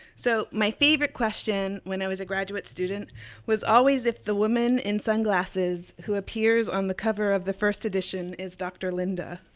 so, my favorite question when i was a graduate student was always if the woman in sunglasses, who appears on the cover of the first edition, is dr. linda.